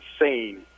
insane